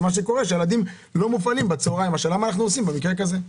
הילדים לא מופעלים בצהריים - מה עושים במקרה זה?